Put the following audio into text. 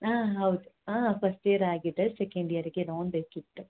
ಹಾಂ ಹೌದು ಹಾಂ ಫಸ್ಟ್ ಇಯರ್ ಆಗಿದೆ ಸೆಕೆಂಡ್ ಇಯರಿಗೆ ಲೋನ್ ಬೇಕಿತ್ತು